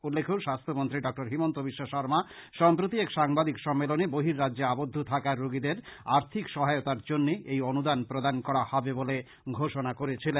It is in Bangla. উল্লেখ্য স্বাস্থ্যমন্ত্রী ডক্টর হিমন্তবিশ্ব শর্মা সম্প্রতি এক সাংবাদিক সম্মেলনে বর্হিরাজ্যে আবদ্ধ থাকা রোগীদের আর্থিক সহায়তার জন্য এই অনুদান প্রদান করা হবে বলে ঘোষনা করেছিলেন